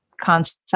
concept